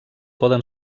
poden